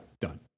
done